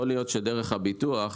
יכול להיות שדרך הביטוח,